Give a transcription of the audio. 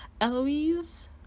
Eloise